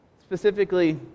specifically